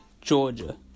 Georgia